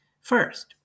First